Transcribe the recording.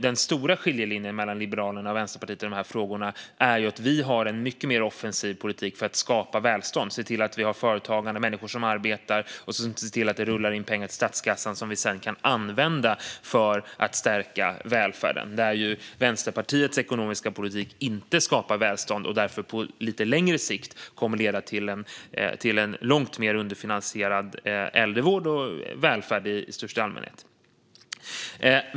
Den stora skiljelinjen mellan Liberalerna och Vänsterpartiet i dessa frågor är ju att Liberalerna har en mycket mer offensiv politik för att skapa välstånd och se till att vi har företagande och människor som arbetar och som ser till att det rullar in pengar till statskassan som vi sedan kan använda för att stärka välfärden. Vänsterpartiets ekonomiska politik skapar inte välstånd och kommer därför på lite längre sikt att leda till en långt mer underfinansierad äldrevård och välfärd i största allmänhet.